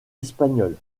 espagnoles